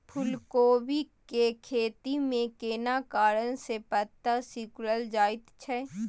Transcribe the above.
फूलकोबी के खेती में केना कारण से पत्ता सिकुरल जाईत छै?